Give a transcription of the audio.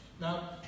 Now